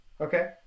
Okay